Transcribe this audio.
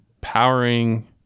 powering